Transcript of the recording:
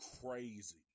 crazy